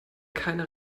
keine